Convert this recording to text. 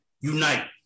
unite